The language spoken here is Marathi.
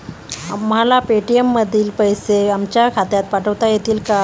आम्हाला पेटीएम मधील पैसे आमच्या खात्यात पाठवता येतील का?